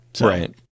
Right